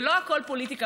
ולא הכול פוליטיקה,